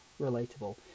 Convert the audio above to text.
relatable